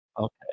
Okay